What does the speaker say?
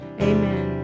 amen